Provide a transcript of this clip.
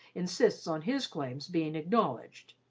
insists on his claims being acknowledged.